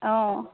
অ